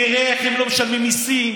תראה איך הם לא משלמים מיסים,